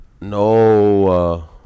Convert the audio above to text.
No